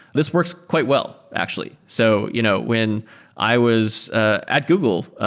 this works quite well actually. so you know when i was ah at google,